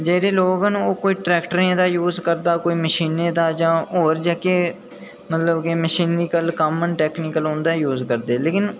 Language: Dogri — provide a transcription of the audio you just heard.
जेह्ड़े लोग न ओह् कोई ट्रैक्टरें दा यूज़ करदा कोई मशीनें जां होर कोई मतलब कि मशीनी कम्म न मकैनिकल कम्म न उं'दा यूज़ करदे लेकिन